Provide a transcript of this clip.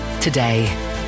Today